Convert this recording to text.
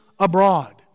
Abroad